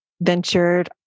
Ventured